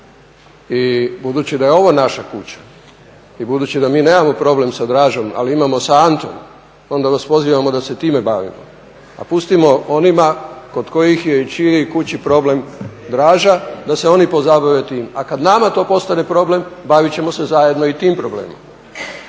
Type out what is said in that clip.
I budući da je ovo naša kuća i budući da mi nemamo problem sa Dražom, ali imamo sa Antom onda vas pozivamo da se time bavimo, a pustimo onima kod kojih je i u čijoj je kući problem Draža da se oni pozabave time. A kad nama to postane problem bavit ćemo se zajedno i tim problemom.